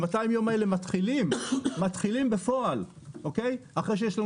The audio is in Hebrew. ה-200 יום האלה מתחילים בפועל אחרי שיש לנו